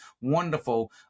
wonderful